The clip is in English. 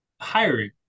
hiring